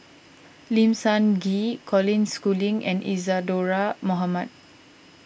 Lim Sun Gee Colin Schooling and Isadhora Mohamed